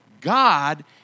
God